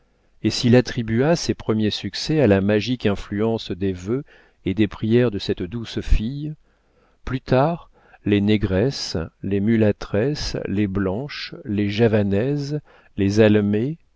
et s'il attribua ses premiers succès à la magique influence des vœux et des prières de cette douce fille plus tard les négresses les mulâtresses les blanches les javanaises les almées